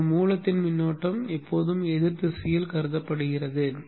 இப்போது மூலத்தின் மின்னோட்டம் எப்போதும் எதிர் திசையில் கருதப்படுகிறது